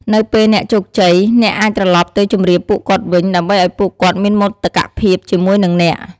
នៅពេលអ្នកជោគជ័យ អ្នកអាចត្រឡប់ទៅជម្រាបពួកគាត់វិញ ដើម្បីឲ្យពួកគាត់មានមោទកភាពជាមួយនឹងអ្នក។